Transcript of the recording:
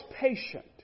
patient